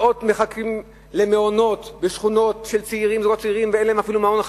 מאות מחכים למעונות בשכונות של זוגות צעירים ואין להם אפילו מעון אחד.